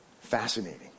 fascinating